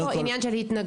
אין פה עניין של התנגדות.